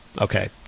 okay